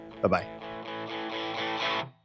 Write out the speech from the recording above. Bye-bye